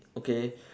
okay